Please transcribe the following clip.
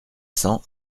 cent